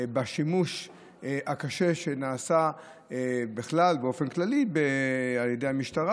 על השימוש הקשה שנעשה בכלל באופן כללי על ידי המשטרה.